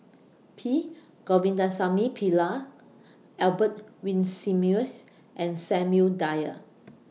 P Govindasamy Pillai Albert Winsemius and Samuel Dyer